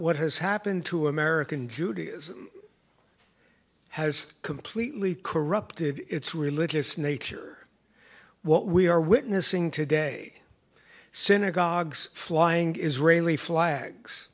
what has happened to american judaism has completely corrupted its religious nature what we are witnessing today synagogues flying israeli flags